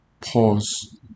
pause